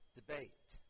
debate